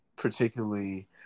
particularly